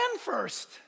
first